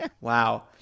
Wow